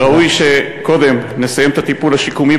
וראוי שקודם נסיים את הטיפול השיקומי